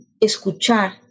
escuchar